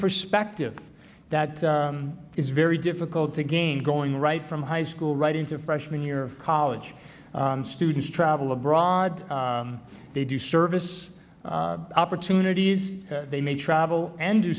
perspective that is very difficult to gain going right from high school right into freshman year of college students travel abroad they do service opportunities they may travel and do